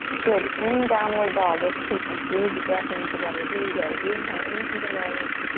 good, in downward dog, let's take a big breath in together. here we go, inhale, in through the nose.